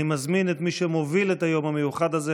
אני מזמין את מי שמוביל את היום המיוחד הזה,